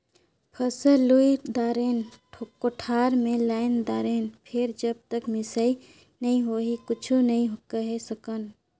फसल लुई दारेन, कोठार मे लायन दारेन फेर जब तक मिसई नइ होही कुछु नइ केहे सकन